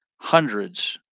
hundreds